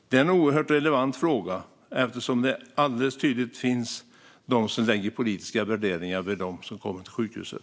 Det är en oerhört relevant fråga, eftersom det helt tydligt finns de som lägger politiska värderingar vid dem som kommer till sjukhuset.